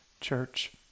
church